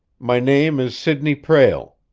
my name is sidney prale.